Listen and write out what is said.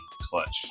clutch